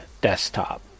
desktop